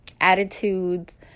attitudes